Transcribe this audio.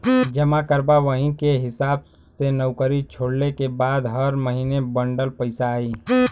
जमा करबा वही के हिसाब से नउकरी छोड़ले के बाद हर महीने बंडल पइसा आई